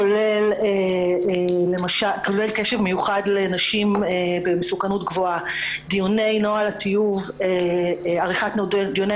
כולל קשר מיוחד עם נשים במסוכנות גבוהה; עריכת דיוני